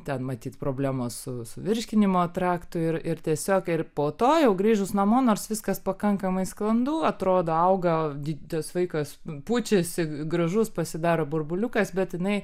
ten matyt problema su su virškinimo traktu ir ir tiesiog ir po to jau grįžus namo nors viskas pakankamai sklandu atrodo auga tas vaikas pučiasi gražus pasidaro burbuliukas bet jinai